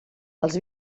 els